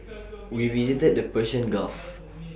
we visited the Persian gulf